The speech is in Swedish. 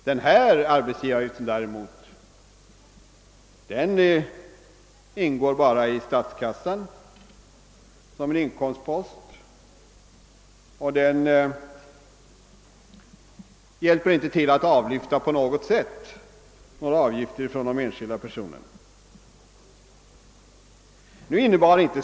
Den nu föreslagna arbetsgivaravgiften däremot ingår bara i statskassan som en inkomstpost och hjälper inte på något sätt till att avlyfta några avgifter från enskilda personer.